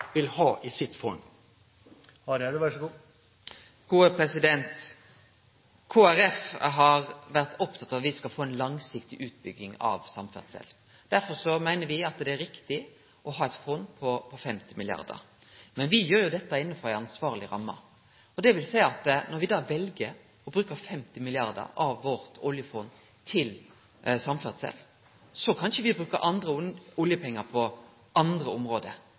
vil ha i sitt fond? Kristeleg Folkeparti har vore oppteke av å få ei langsiktig utbygging av samferdsel. Derfor meiner me at det er riktig å ha eit fond på 50 mrd. kr. Men me gjer dette innanfor ei ansvarleg ramme, og det vil seie at når me vel å bruke 50 mrd. kr av oljefondet vårt til samferdsel, så kan me ikkje bruke andre oljepengar på andre område.